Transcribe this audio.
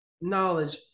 knowledge